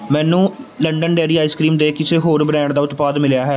ਮੈਨੂੰ London dairy ice cream ਦੇ ਕਿਸੇ ਹੋਰ ਬ੍ਰਾਂਡ ਦਾ ਉਤਪਾਦ ਮਿਲਿਆ ਹੈ